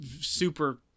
super